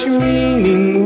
meaning